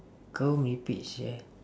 kau merepek sia